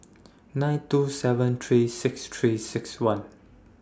nine two seven three six three six one